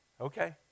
okay